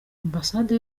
ambasade